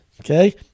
Okay